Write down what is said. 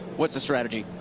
what's the strategy.